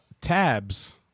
Tabs